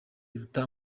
biruta